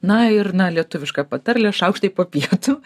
na ir na lietuviška patarlė šaukštai po pietų